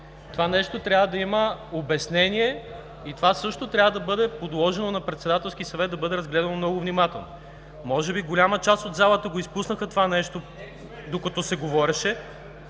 Това нещо трябва да има обяснение и това също трябва да бъде подложено на Председателски съвет – да бъде разгледано много внимателно. Може би голяма част от залата изпуснаха това нещо, докато се говореше,